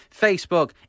Facebook